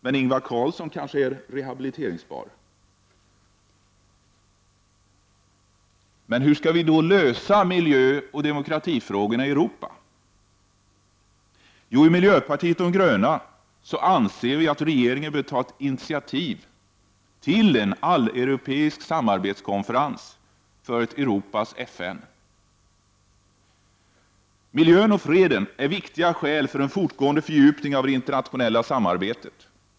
Men Ingvar Carlsson kanske är rehabiliteringsbar. Men hur skall vi då lösa miljöoch demokratifrågorna i Europa? Jo, i miljöpartiet de gröna anser vi att regeringen bör ta initiativ till en alleuropeisk samarbetskonferens för ett Europas FN. Miljön och freden är viktiga skäl för en fortgående fördjupning av det internationella samarbetet.